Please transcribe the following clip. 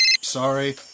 Sorry